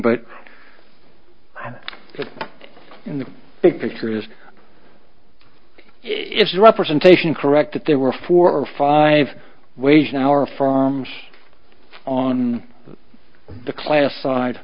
but in the big picture is it's representation correct that there were four or five wage an hour from on the class side